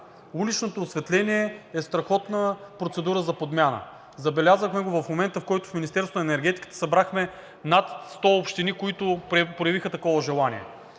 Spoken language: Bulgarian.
уличното осветление е страхотна процедура за подмяна. Забелязахме го в момента, в който в Министерството на енергетиката събрахме над 100 общини, които проявиха такова желание.